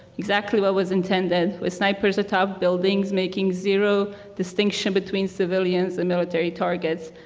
exactly what was intended with snipers atop buildings making zero distinctions between civilians and military targets.